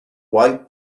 white